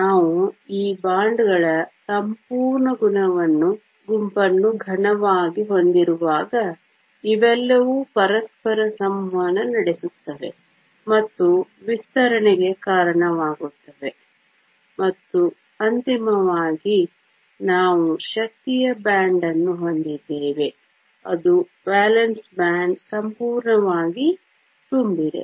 ನಾವು ಈ ಬಾಂಡ್ಗಳ ಸಂಪೂರ್ಣ ಗುಂಪನ್ನು ಘನವಾಗಿ ಹೊಂದಿರುವಾಗ ಇವೆಲ್ಲವೂ ಪರಸ್ಪರ ಸಂವಹನ ನಡೆಸುತ್ತವೆ ಮತ್ತು ವಿಸ್ತರಣೆಗೆ ಕಾರಣವಾಗುತ್ತವೆ ಮತ್ತು ಅಂತಿಮವಾಗಿ ನಾವು ಶಕ್ತಿಯ ಬ್ಯಾಂಡ್ ಅನ್ನು ಹೊಂದಿದ್ದೇವೆ ಅದು ವೇಲೆನ್ಸ್ ಬ್ಯಾಂಡ್ ಸಂಪೂರ್ಣವಾಗಿ ತುಂಬಿದೆ